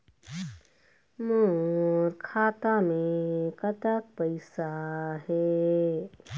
मोर खाता मे कतक पैसा हे?